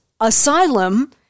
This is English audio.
asylum